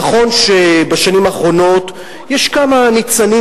נכון שבשנים האחרונות יש כמה ניצנים,